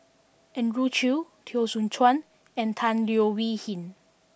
Andrew Chew Teo Soon Chuan and Tan Leo Wee Hin